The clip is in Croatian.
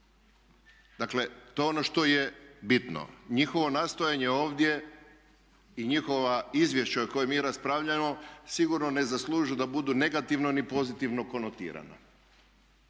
Dakle to je ono što je bitno. Njihovo nastojanje ovdje i njihovo izvješće o kojem mi raspravljamo sigurno ne zaslužuju da budu negativno ni pozitivno konotirana.